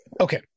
Okay